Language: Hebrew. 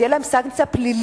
תהיה לגביהם גם סנקציה פלילית,